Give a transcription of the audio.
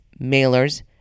mailers